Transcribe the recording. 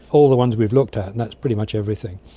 all the ones we've looked at and that's pretty much everything.